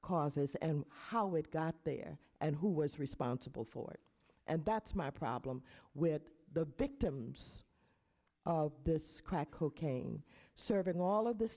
causes and how it got there and who was responsible for it and that's my problem with the victims of this crack cocaine serving all of this